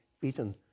beaten